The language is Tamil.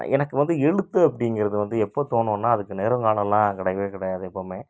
எனக்கு வந்து எழுத்து அப்படிங்குறது வந்து எப்போ தோணுன்னா அதுக்கு நேரம் காலமெலாம் கிடையவே கிடையாது எப்போவுமே